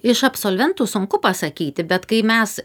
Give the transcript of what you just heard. iš absolventų sunku pasakyti bet kai mes